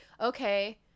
Okay